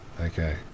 Okay